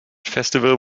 festival